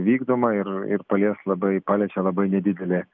vykdoma ir ir palies labai paliečia labai nedidelį